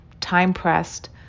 time-pressed